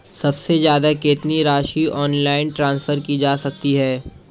सबसे ज़्यादा कितनी राशि ऑनलाइन ट्रांसफर की जा सकती है?